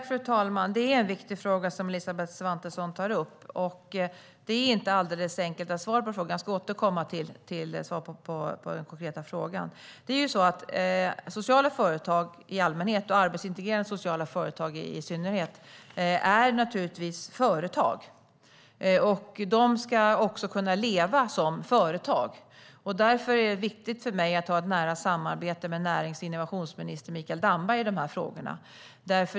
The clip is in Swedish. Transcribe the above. Fru talman! Det är en viktig fråga som Elisabeth Svantesson tar upp. Men det är inte alldeles enkelt att svara på frågan. Jag ska återkomma till svaret på den konkreta frågan. Sociala företag i allmänhet och arbetsintegrerande sociala företag i synnerhet är naturligtvis företag. De ska kunna leva som företag. Därför är det viktigt för mig att ha ett nära samarbete med närings och innovationsminister Mikael Damberg i de här frågorna.